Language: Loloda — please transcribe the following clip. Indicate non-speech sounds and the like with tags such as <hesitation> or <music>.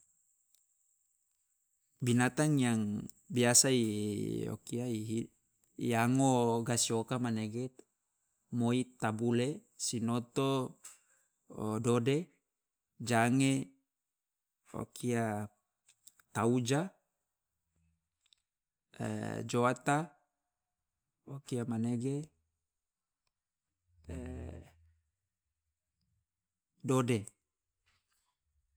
Binatang yang biasa i o kia <hesitation> i ango gasi oka manege, moi tabule, sinoto o dode, jange o kia tauja, <hesitation> joata o kia manege <hesitation> dode.